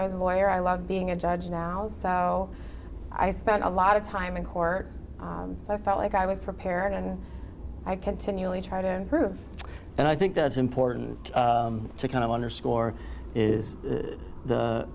i was a lawyer i loved being a judge now so i spent a lot of time in court so i felt like i was prepared and i continually try to improve and i think that's important to kind of underscore is the